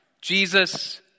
Jesus